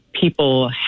people